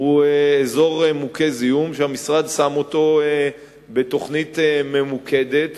הוא אזור מוכה זיהום שהמשרד שם אותו בתוכנית ממוקדת,